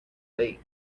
lake